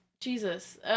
Jesus